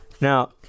Now